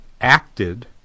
acted